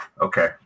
okay